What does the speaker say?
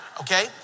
Okay